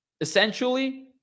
essentially